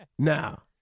Now